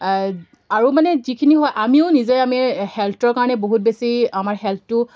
আৰু মানে যিখিনি হয় আমিও নিজে আমি হেল্থৰ কাৰণে বহুত বেছি আমাৰ হেল্থটো